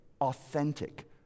authentic